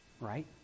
Right